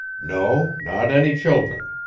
no not any children.